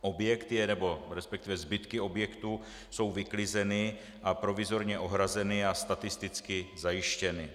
Objekt, nebo respektive zbytky objektu jsou vyklizeny a provizorně ohrazeny a staticky zajištěny.